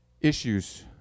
issues